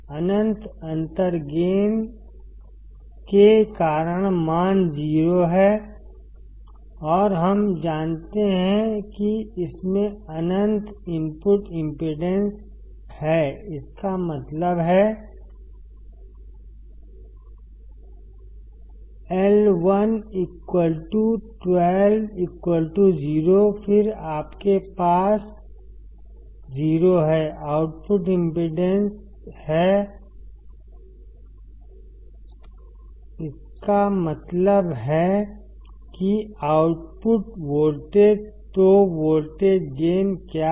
अनंत अंतर गेन के कारण मान 0 है और हम जानते हैं कि इसमें अनंत इनपुट इम्पीडेन्स है इसका मतलब है I1 I2 0 फिर आपके पास 0 आउटपुट इम्पीडेन्स है इसका मतलब है कि आउटपुट वोल्टेज तो वोल्टेज गेन क्या है